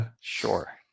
Sure